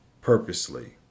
purposely